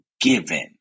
given